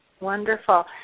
wonderful